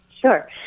Sure